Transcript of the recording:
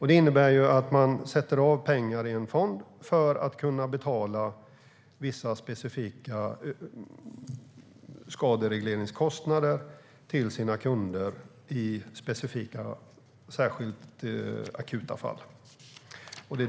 Det innebär att man sätter av pengar i en fond för att kunna betala vissa specifika skaderegleringskostnader till sina kunder i särskilt akuta fall.